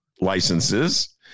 licenses